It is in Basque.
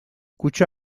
kutxa